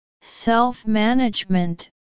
Self-management